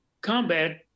combat